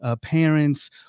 parents